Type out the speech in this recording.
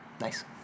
nice